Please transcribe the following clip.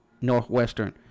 Northwestern